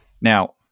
Now